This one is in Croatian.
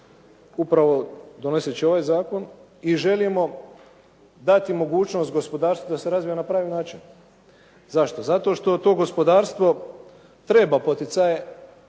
upravo donoseći ovaj zakon i želimo dati mogućnost gospodarstvu da se razvijemo na pravi način. Zašto? Zato što to gospodarstvo treba poticaje,